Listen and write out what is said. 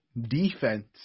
defense